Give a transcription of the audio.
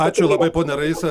ačiū labai ponia raisa